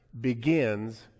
begins